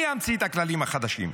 אני אמציא את הכללים החדשים.